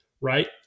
right